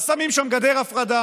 אז שמים שם גדר הפרדה,